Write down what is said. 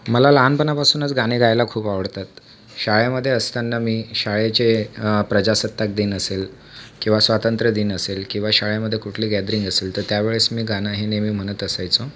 मला लहानपणापासूनच गाणे गायला खूप आवडतात शाळेमध्ये असताना मी शाळेचे प्रजासत्ताक दिन असेल किंवा स्वातंत्र्य दिन असेल किंवा शाळेमध्ये कुठली गॅदरिंग असेल तर त्यावेळेस मी गाणं हे नेहमी म्हणत असायचो